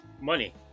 Money